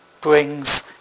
brings